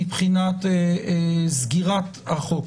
מבחינת סגירת החוק,